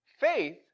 faith